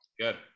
Good